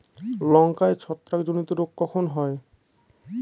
লঙ্কায় ছত্রাক জনিত রোগ কখন হয়?